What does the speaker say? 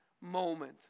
moment